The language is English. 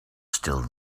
still